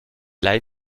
leihe